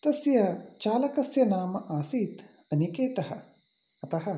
तस्य चालकस्य नाम आसीत् अनिकेतः अतः